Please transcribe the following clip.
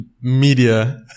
media